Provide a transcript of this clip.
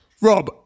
Rob